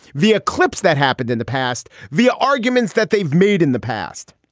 the eclipse that happened in the past. the arguments that they've made in the past,